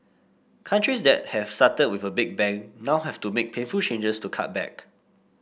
countries that have started with a big bang now have to make painful changes to cut back